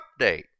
Update